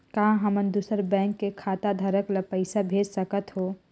का हमन दूसर बैंक के खाताधरक ल पइसा भेज सकथ हों?